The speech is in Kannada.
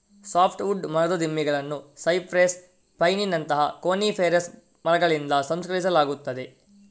ಸಾಫ್ಟ್ ವುಡ್ ಮರದ ದಿಮ್ಮಿಗಳನ್ನು ಸೈಪ್ರೆಸ್, ಪೈನಿನಂತಹ ಕೋನಿಫೆರಸ್ ಮರಗಳಿಂದ ಸಂಸ್ಕರಿಸಲಾಗುತ್ತದೆ